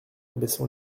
baissant